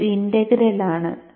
ഒരു ഇന്റഗ്രൽ ആണ്